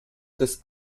des